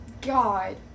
god